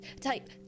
type